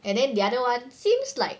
and then the other one seems like